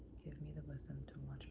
give me the wisdom to watch